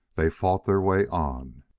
they fought their way on.